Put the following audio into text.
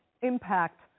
impact